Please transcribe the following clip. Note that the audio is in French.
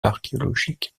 archéologiques